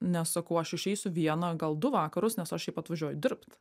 nes sakau aš išeisiu vieną gal du vakarus nes aš šiaip atvažiuoju dirbt